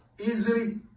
easily